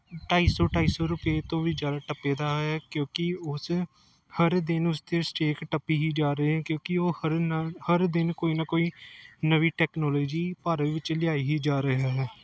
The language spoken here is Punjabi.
ਢਾਈ ਸੌ ਢਾਈ ਸੌ ਰੁਪਏ ਤੋਂ ਵੀ ਜ਼ਿਆਦਾ ਟੱਪੇ ਦਾ ਹੈ ਕਿਉਂਕਿ ਉਸ ਹਰ ਦਿਨ ਉਸ ਦੇ ਸਟੇਕ ਟੱਪੀ ਹੀ ਜਾ ਰਹੇ ਹੈ ਕਿਉਂਕਿ ਉਹ ਹਰ ਨਾਲ ਹਰ ਦਿਨ ਕੋਈ ਨਾ ਕੋਈ ਨਵੀਂ ਟੈਕਨੋਲੋਜੀ ਭਾਰਤ ਵਿੱਚ ਲਿਆਈ ਹੀ ਜਾ ਰਿਹਾ ਹੈ